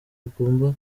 agomba